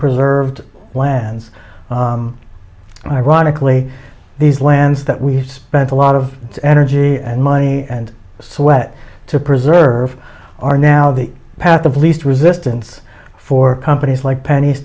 preserved lands ironically these lands that we spent a lot of energy and money and sweat to preserve are now the path of least resistance for companies like penn